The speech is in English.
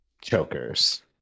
Chokers